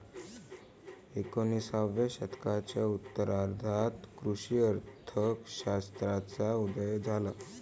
एकोणिसाव्या शतकाच्या उत्तरार्धात कृषी अर्थ शास्त्राचा उदय झाला